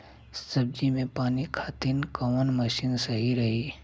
सब्जी में पानी खातिन कवन मशीन सही रही?